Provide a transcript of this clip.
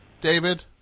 David